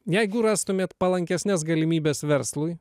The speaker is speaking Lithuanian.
jeigu rastumėt palankesnes galimybes verslui